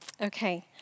Okay